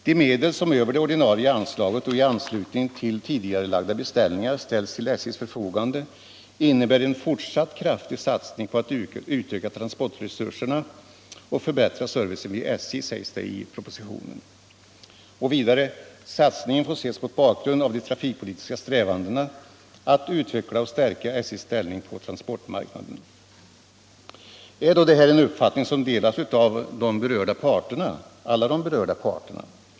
”Deme= = del som över det ordinarie anslaget och i anslutning till tidigarelagda be — Statens järnvägars ställningar ställs till SJ:s förfogande innebär en fortsatt kraftig satsning på — anslagsbehov att utöka transportresurserna och förbättra servicen vid SJ”, sägs det i propositionen. Och vidare: ”Satsningen får ses mot bakgrund av de trafikpolitiska strävandena att utveckla och stärka SJ:s ställning på transportmarknaden.” Är detta då en uppfattning som delas av alla berörda parter?